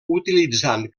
utilitzant